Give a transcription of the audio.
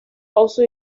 also